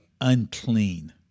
unclean